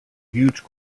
huge